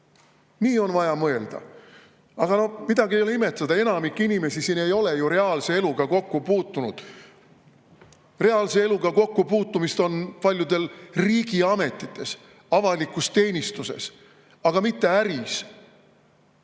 Nii on vaja mõelda! Aga midagi ei ole imestada, enamik inimesi siin ei ole ju reaalse eluga kokku puutunud. Reaalse eluga puutuvad kokku paljud riigiametites, avalikus teenistuses, aga mitte äris.